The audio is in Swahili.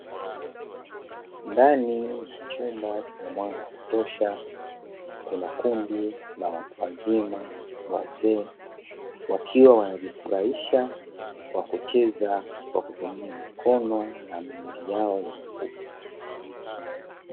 Ndani ya chumba chenye mwanga wa kutosha kuna kundi la watu wazima wazee, wakiwa wanajifurahisha kwa kucheza, kwa kutumia mikono na miili yao yenye nguvu.